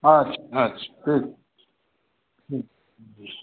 अच्छा अच्छा ठीक अछि ठीक अछि